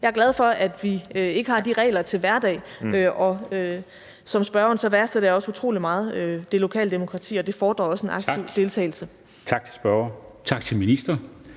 Jeg er glad for, at vi ikke har de regler til hverdag. Som spørgeren værdsætter jeg også utrolig meget det lokale demokrati, og det fordrer også en aktiv deltagelse. Kl. 14:09 Formanden (Henrik Dam Kristensen):